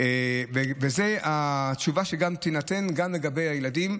זאת התשובה שתינתן גם לגבי הילדים.